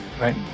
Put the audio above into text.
Right